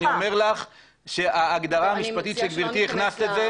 אני אומר לך שההגדרה המשפטית שגברתי הכנסת את זה,